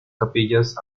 capillas